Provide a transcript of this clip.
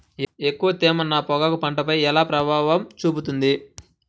ఎక్కువ తేమ నా పొగాకు పంటపై ఎలా ప్రభావం చూపుతుంది?